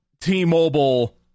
T-Mobile